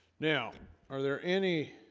now are there any?